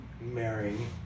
marrying